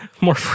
more